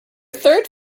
third